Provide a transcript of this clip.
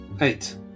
Eight